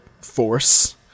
force